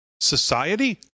society